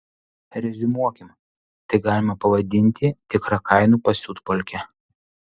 reziumuokim tai galima pavadinti tikra kainų pasiutpolke